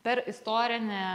per istorinę